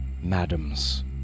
madams